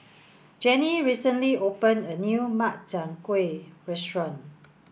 Jenni recently open a new Makchang Gui restaurant